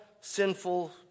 sinful